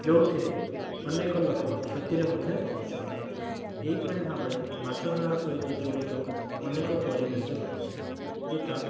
ଯେଉଁଥିରେ ଅନେକ ଲୋକ କ୍ଷତିରେ ମଧ୍ୟ ରହୁଛନ୍ତି ଏହିପରି ଭାବରେ ମାଛ ଧରା ସହିତ ଜଡ଼ିତ ଅନେକ ପରିବେଶ ରହିଛି ଯଥା